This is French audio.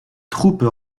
troupes